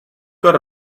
got